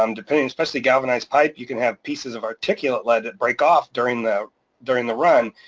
um depending, especially galvanized pipe, you can have pieces of particulate lead that break off during the during the run,